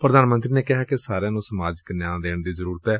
ਪ੍ਰਧਾਨ ਮੰਤਰੀ ਨੇ ਕਿਹਾ ਕਿ ਸਾਰਿਆਂ ਨੂੰ ਸਮਾਜਿਕ ਨਿਆਂ ਦੇਣ ਦੀ ਜ਼ਰੁਰਤ ਏ